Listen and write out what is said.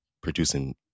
producing